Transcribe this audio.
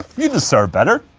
you deserve better